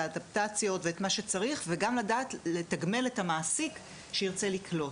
האדפטציות ואת מה שצריך וגם לדעת לתגמל את המעסיק שירצה לקלוט